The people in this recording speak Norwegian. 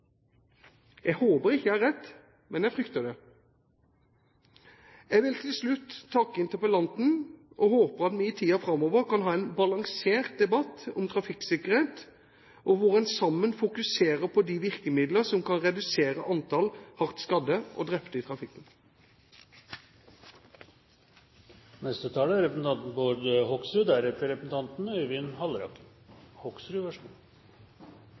Jeg håper ikke jeg har rett, men jeg frykter det. Jeg vil til slutt takke interpellanten og håper at vi i tiden framover kan ha en balansert debatt om trafikksikkerhet, hvor en sammen fokuserer på de virkemidler som kan redusere antallet hardt skadde og drepte i trafikken. Vanligvis liker jeg å takke interpellanten når man kommer med gode interpellasjoner, og dette er